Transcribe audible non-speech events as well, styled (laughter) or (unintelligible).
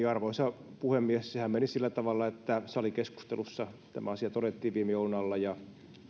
(unintelligible) arvoisa puhemies sehän meni sillä tavalla että salikeskustelussa tämä asia todettiin viime joulun alla ja